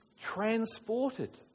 transported